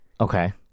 Okay